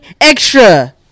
extra